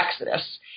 Exodus